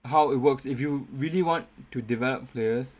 how it works if you really want to develop players